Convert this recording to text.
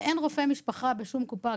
ואין רופא משפחה בשום קופה,